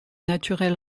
naturel